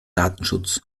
datenschutz